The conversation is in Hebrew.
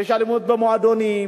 יש אלימות במועדונים,